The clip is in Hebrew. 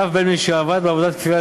ואף בין מי שעבד בעבודת כפייה,